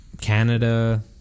Canada